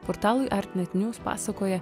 portalui art net niuz pasakoja